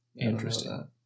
Interesting